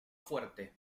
fuerte